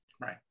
Right